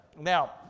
Now